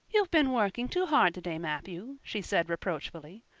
you've been working too hard today, matthew, she said reproachfully.